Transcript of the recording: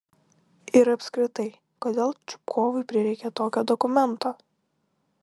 ir apskritai kodėl čupkovui prireikė tokio dokumento